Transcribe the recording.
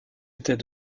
était